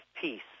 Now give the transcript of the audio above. peace